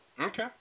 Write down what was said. okay